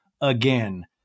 again